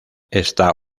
está